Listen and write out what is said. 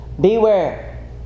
Beware